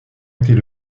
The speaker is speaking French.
était